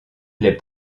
les